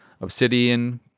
obsidian